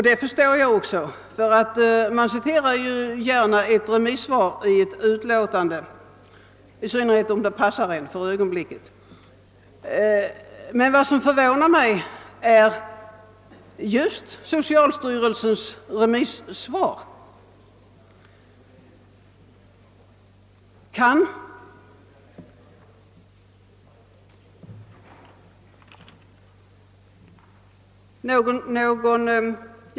Jag förstår att man gärna citerar ett remissvar i ett utlåtande, i synnerhet om det passar in för ögonblicket. Vad som förvånar mig är just bostadsstyrelsens remissvar.